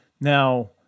Now